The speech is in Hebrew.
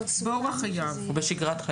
כן, בו ובאורח חייו הרגילים או בשגרת